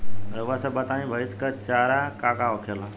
रउआ सभ बताई भईस क चारा का का होखेला?